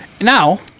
now